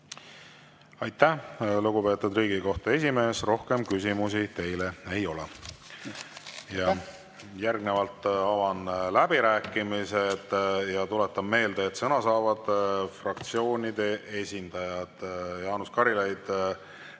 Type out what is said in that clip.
Aitäh, lugupeetud Riigikohtu esimees! Rohkem küsimusi teile ei ole. Järgnevalt avan läbirääkimised ja tuletan meelde, et sõna saavad fraktsioonide esindajad. Jaanus Karilaid,